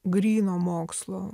gryno mokslo